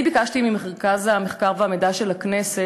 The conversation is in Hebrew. אני ביקשתי ממרכז המחקר והמידע של הכנסת